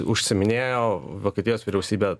užsiiminėjo vokietijos vyriausybė